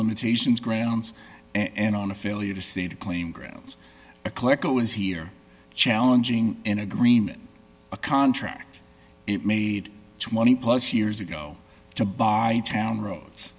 limitations grounds and on a failure to see to claim grounds a click it was here challenging an agreement a contract it made twenty plus years ago to body town roads